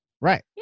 Right